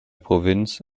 provinz